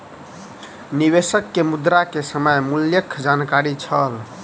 निवेशक के मुद्रा के समय मूल्यक जानकारी छल